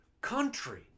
country